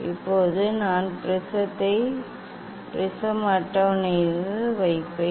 இப்போது நான் ப்ரிஸத்தை ப்ரிஸம் அட்டவணையில் வைப்பேன்